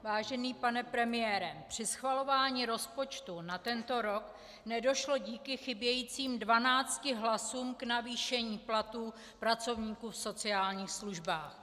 Vážený pane premiére, při schvalování rozpočtu na tento rok nedošlo díky chybějícím 12 hlasům k navýšení platů pracovníků v sociálních službách.